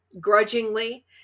grudgingly